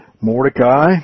Mordecai